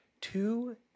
two